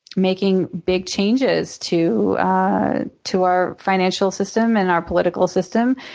making big changes to ah to our financial system and our political system.